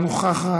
אינה נוכחת,